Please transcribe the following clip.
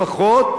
לפחות,